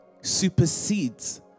supersedes